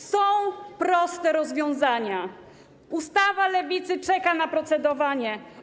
Są proste rozwiązania, ustawa Lewicy czeka na procedowanie.